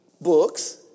books